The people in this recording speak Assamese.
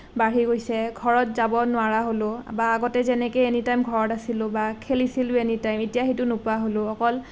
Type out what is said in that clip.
বাঢ়ি গৈছে ঘৰত যাব নোৱাৰা হ'লোঁ বা আগতে যেনেকে এনিটাইম ঘৰত আছিলোঁ বা খেলিছিলোঁ এনিটাইম এতিয়া সেইটো নোপোৱা হ'লোঁ অকল